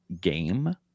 game